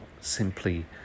simply